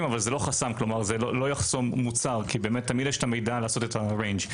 אבל זה לא חסם לא יחסום מוצר כי תמיד יש המידע לעשות את הריינג',